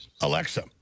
alexa